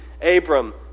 Abram